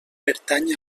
pertany